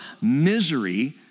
misery